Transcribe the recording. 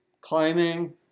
climbing